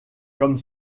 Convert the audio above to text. comme